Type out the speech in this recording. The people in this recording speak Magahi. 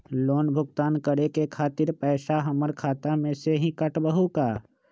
लोन भुगतान करे के खातिर पैसा हमर खाता में से ही काटबहु का?